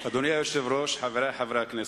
אדוני היושב-ראש, חברי חברי הכנסת,